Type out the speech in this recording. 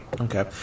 Okay